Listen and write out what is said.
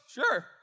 Sure